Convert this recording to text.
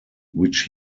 which